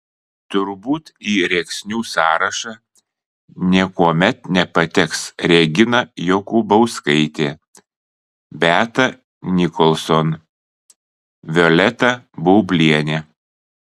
turbūt į rėksnių sąrašą niekuomet nepateks regina jokubauskaitė beata nicholson violeta baublienė